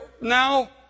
now